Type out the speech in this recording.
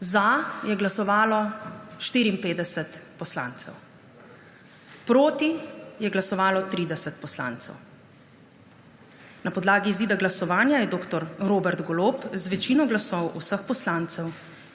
Za je glasovalo 54 poslancev, proti je glasovalo 30 poslancev. Na podlagi izida glasovanja je dr. Robert Golob z večino glasov vseh poslancev